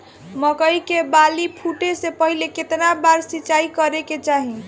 मकई के बाली फूटे से पहिले केतना बार सिंचाई करे के चाही?